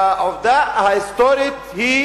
והעובדה ההיסטורית היא